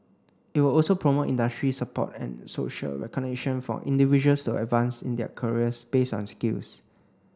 it will also promote industry support and social recognition for individuals to advance in their careers based on skills